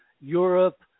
Europe